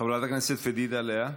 חברת הכנסת פדידה לאה,